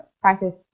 practice